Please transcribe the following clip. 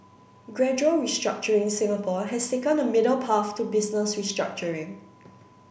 gradual restructuring Singapore has taken a middle path to business restructuring